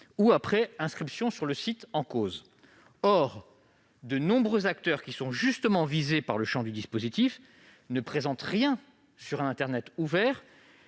ou après inscription sur le site en cause ». Or de nombreux acteurs visés par le champ du dispositif ne présentent rien sur l'internet ouvert,